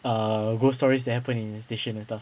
err ghost stories that happened in the station and stuff